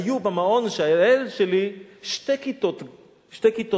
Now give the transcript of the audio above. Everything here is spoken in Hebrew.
היו במעון של הילד שלי שתי כיתות מעון.